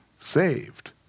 saved